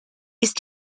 ist